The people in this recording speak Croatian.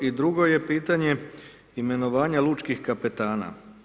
I drugo je, pitanje imenovanja lučkih kapetana.